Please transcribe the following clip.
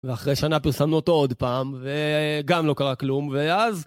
ואחרי שנה פרסמנו אותו עוד פעם, וגם לא קרה כלום, ואז...